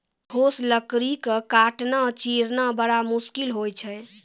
ठोस लकड़ी क काटना, चीरना बड़ा मुसकिल होय छै